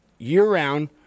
year-round